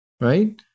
right